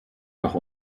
doch